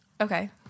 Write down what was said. Okay